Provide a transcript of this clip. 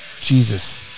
Jesus